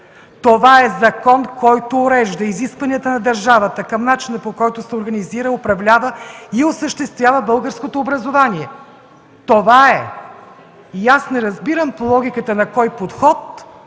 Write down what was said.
Това е закон, който урежда изискванията на държавата към начина, по който се организира, управлява и осъществява българското образование. Това е! Аз не разбирам по логиката на кой подход